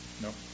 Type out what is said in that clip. No